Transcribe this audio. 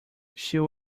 she’ll